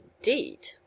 indeed